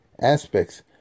aspects